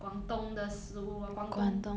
广东的食物 orh 广东